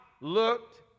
looked